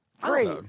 Great